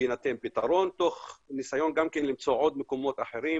ויינתן פתרון תוך ניסיון למצוא עוד מקומות אחרים,